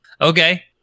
Okay